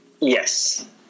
Yes